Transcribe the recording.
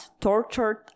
tortured